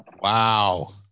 wow